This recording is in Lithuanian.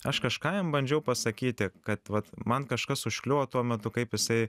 aš kažką jam bandžiau pasakyti kad vat man kažkas užkliuvo tuo metu kaip jisai